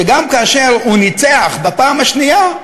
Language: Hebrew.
שגם כאשר הוא ניצח בפעם השנייה,